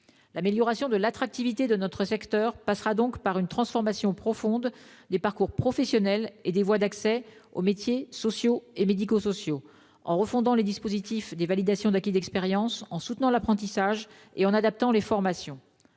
L'amélioration de l'attractivité de notre secteur passera donc par une transformation profonde des parcours professionnels et des voies d'accès aux métiers sociaux et médico-sociaux, en refondant les dispositifs de VAE, en soutenant l'apprentissage et en adaptant les formations.